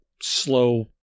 slow